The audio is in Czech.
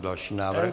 Další návrh.